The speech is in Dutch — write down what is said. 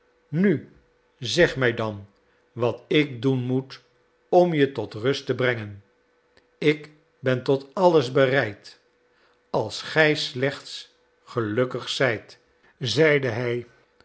nu zeg mij dan wat ik doen moet om je tot rust te brengen ik ben tot alles bereid als gij slechts gelukkig zijt zeide hij